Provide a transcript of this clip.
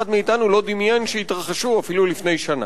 מאתנו לא דמיין שיתרחשו אפילו לפני שנה?